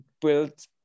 built